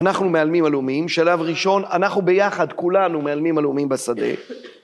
אנחנו מאלמים אלומים, שלב ראשון, אנחנו ביחד, כולנו, מאלמים אלומים בשדה.